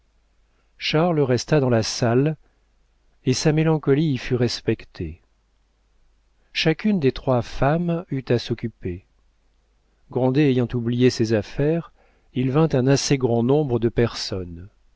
charles resta dans la salle et sa mélancolie y fut respectée chacune des trois femmes eut à s'occuper grandet ayant oublié ses affaires il vint un assez grand nombre de personnes